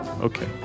Okay